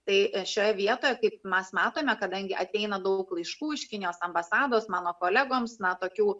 tai šioje vietoje kaip mes matome kadangi ateina daug laiškų iš kinijos ambasados mano kolegoms na tokių